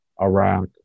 Iraq